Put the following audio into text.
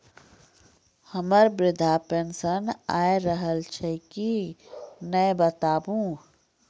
हमर वृद्धा पेंशन आय रहल छै कि नैय बताबू?